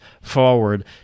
forward